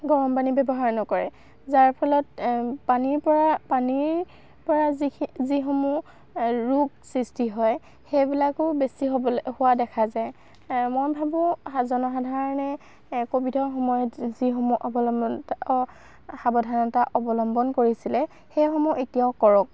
গৰম পানী ব্যৱহাৰ নকৰে যাৰ ফলত পানীৰ পৰা পানীৰ পৰা যি যিসমূহ ৰোগ সৃষ্টি হয় সেইবিলাকো বেছি হ'বলৈ হোৱা দেখা যায় মই ভাবোঁ জনসাধাৰণে ক'ভিডৰ সময়ত যিসমূহ অৱলম্বন সাৱধানতা অৱলম্বন কৰিছিলে সেইসমূহ এতিয়াও কৰক